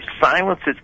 silences